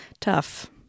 tough